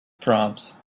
proms